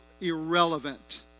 irrelevant